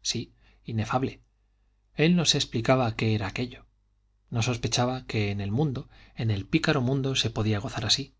sí inefable él no se explicaba qué era aquello no sospechaba que en el mundo en el pícaro mundo se podía gozar así